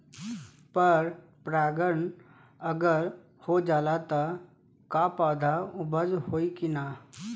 पर परागण अगर हो जाला त का पौधा उपज होई की ना?